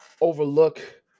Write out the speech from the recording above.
overlook